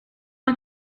het